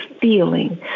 feeling